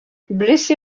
blessé